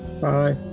Bye